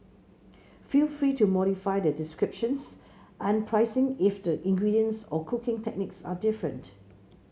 feel free to modify the descriptions and pricing if the ingredients or cooking techniques are different